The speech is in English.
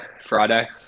Friday